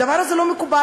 הדבר הזה לא מקובל.